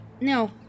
No